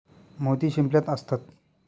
मोती शिंपल्यात असतात